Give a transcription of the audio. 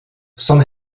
some